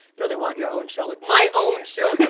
no they want your own show. like my own show.